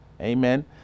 Amen